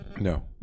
No